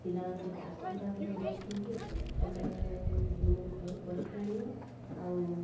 ପିଲାମାନଙ୍କୁ ଟାକ୍ସ ଗୁଡ଼ାକ ଦେଇ ଦଉଛନ୍ତି ତମେ ମୁଁ ଘରୁ କରିକି ଆଣିବ ଆଉ